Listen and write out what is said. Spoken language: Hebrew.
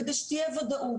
כדי שתהיה ודאות.